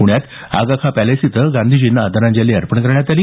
प्ण्यात आगा खाँ पॅलेस इथं गांधीजींना आदरांजली अर्पण करण्यात आली